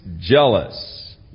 jealous